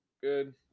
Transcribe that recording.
good